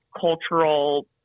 cultural